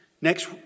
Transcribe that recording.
Next